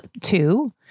two